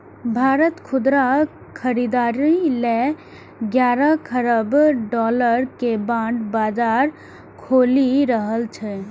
भारत खुदरा खरीदार लेल ग्यारह खरब डॉलर के बांड बाजार खोलि रहल छै